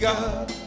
God